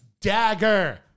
Dagger